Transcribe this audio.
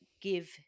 give